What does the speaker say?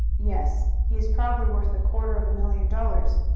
yes he is probably worth a quarter of a million dollars.